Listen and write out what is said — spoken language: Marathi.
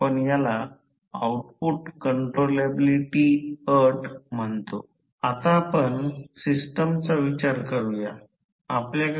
तर इनपुट आउटपुट कोर लॉस तांबे लॉस या दोन्ही गोष्टींचा आपण विचार केला पाहिजे